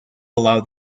allow